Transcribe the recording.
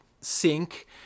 sink